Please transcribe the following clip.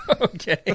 Okay